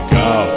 go